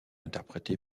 interprété